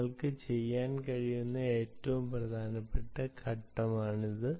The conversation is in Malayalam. നിങ്ങൾക്ക് ചെയ്യാൻ കഴിയുന്ന വളരെ പ്രധാനപ്പെട്ട ഘട്ടമാണിത്